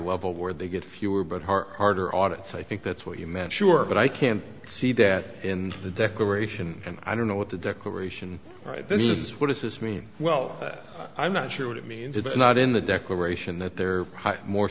level where they get fewer but heart harder audit's i think that's what you meant sure but i can't see that in the declaration and i don't know what the declaration right this is what does this mean well i'm not sure what it means it's not in the declaration that there are more